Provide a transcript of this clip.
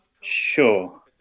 Sure